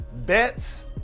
bets